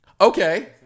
Okay